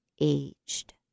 aged